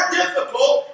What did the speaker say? difficult